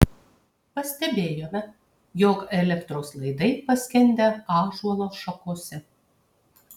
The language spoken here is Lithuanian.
pastebėjome jog elektros laidai paskendę ąžuolo šakose